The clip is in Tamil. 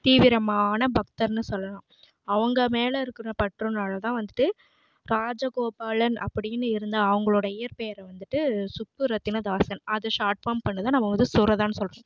தீவிரமான பக்தர்ன்னு சொல்லலாம் அவங்க மேலே இருக்கிற பற்றினால தான் வந்துவிட்டு ராஜகோபாலன் அப்படின்னு இருந்த அவங்களோட இயற்பெயரை வந்துவிட்டு சுப்புரத்தினதாசன் அது ஷார்ட்ஃபார்ம் பண்ணி தான் நம்ம வந்து சுரதான்னு சொல்கிறோம்